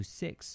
six